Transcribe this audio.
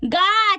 গাছ